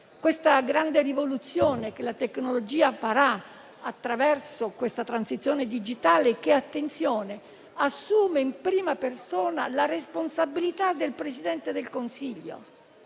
È la grande rivoluzione che la tecnologia farà attraverso la transizione digitale, di cui - attenzione - si assume in prima persona la responsabilità il Presidente del Consiglio.